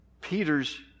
Peter's